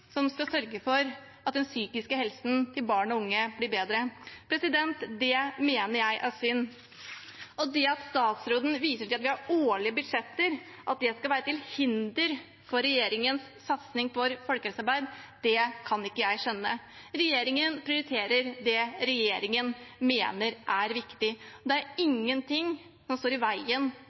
som skal sørge for at den psykiske helsen til barn og unge blir bedre. Det mener jeg er synd. At statsråden viser til at det at vi har årlige budsjetter, skal være til hinder for regjeringens satsing på folkehelsearbeid, kan ikke jeg skjønne. Regjeringen prioriterer det regjeringen mener er viktig. Det er ingenting som står i veien